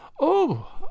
Oh